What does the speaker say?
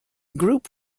group